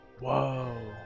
Whoa